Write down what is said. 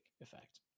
effect